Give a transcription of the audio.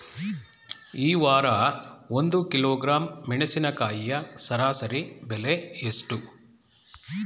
ಈ ವಾರ ಒಂದು ಕಿಲೋಗ್ರಾಂ ಮೆಣಸಿನಕಾಯಿಯ ಸರಾಸರಿ ಬೆಲೆ ಎಷ್ಟು?